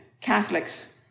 Catholics